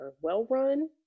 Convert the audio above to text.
well-run